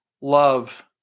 love